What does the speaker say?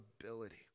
ability